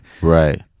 Right